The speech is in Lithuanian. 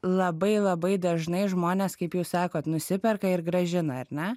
labai labai dažnai žmonės kaip jūs sakot nusiperka ir grąžina ar ne